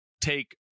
take